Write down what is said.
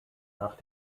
nach